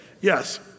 Yes